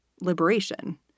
liberation